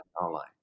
online